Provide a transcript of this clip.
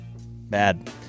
Bad